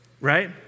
right